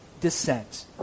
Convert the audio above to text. descent